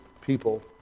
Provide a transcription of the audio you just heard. people